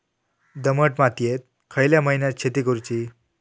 दमट मातयेत खयल्या महिन्यात शेती करुची?